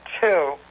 two